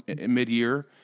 mid-year